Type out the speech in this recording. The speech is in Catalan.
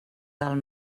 del